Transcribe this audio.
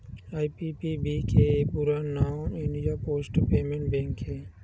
IPPB के पूरा नांव हे इंडिया पोस्ट पेमेंट बेंक हे